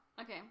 Okay